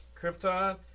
Krypton